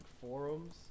forums